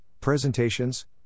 presentations